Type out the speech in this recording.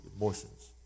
emotions